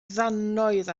ddannoedd